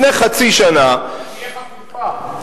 שתהיה חפיפה.